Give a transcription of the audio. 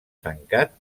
tancat